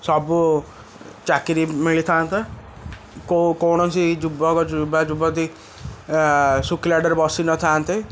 ସବୁ ଚାକିରି ମିଳିଥାନ୍ତା କୋଉ କୌଣସି ଯୁବକ ବା ଯୁବତୀ ଶୁଖିଲାଟାରେ ବସି ନଥାନ୍ତେ